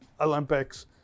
Olympics